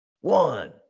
One